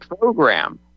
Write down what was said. program